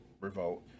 revolt